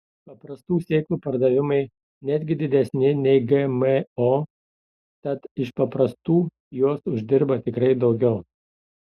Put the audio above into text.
paprastų sėklų pardavimai netgi didesni nei gmo tad iš paprastų jos uždirba tikrai daugiau